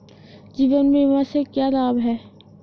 जीवन बीमा से क्या लाभ हैं?